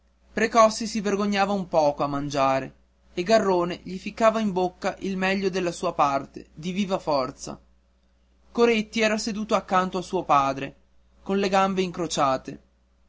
precossi si vergognava un poco a mangiare e garrone gli ficcava in bocca il meglio della sua parte di viva forza coretti era seduto accanto a suo padre con le gambe incrociate